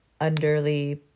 underly